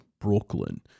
Brooklyn